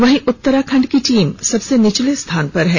वहीं उतराखंड की टीम सबसे निचले स्थान पर है